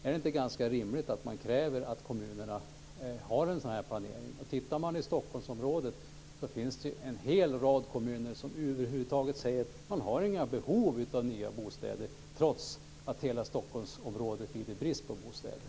Är det inte ganska rimligt att man kräver att kommunerna har en sådan här planering? I Stockholmsområdet kan man se att det finns en hel rad kommuner som säger att man över huvud taget inte har något behov av nya bostäder, trots att hela Stockholmsområdet lider brist på bostäder.